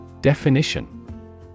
Definition